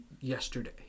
yesterday